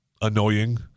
annoying